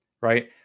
right